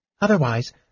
Otherwise